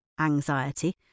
anxiety